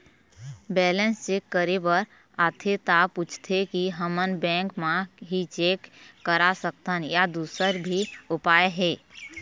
Balance check करे बर आथे ता पूछथें की हमन बैंक मा ही चेक करा सकथन या दुसर भी उपाय हे?